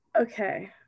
okay